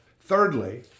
Thirdly